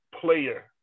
player